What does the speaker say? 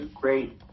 great